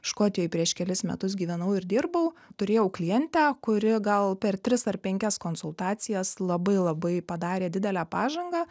škotijoj prieš kelis metus gyvenau ir dirbau turėjau klientę kuri gal per tris ar penkias konsultacijas labai labai padarė didelę pažangą